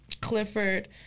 Clifford